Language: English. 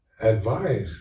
advice